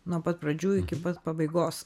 nuo pat pradžių iki pat pabaigos